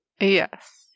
Yes